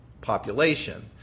population